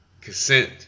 consent